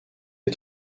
les